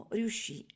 riuscì